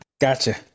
Gotcha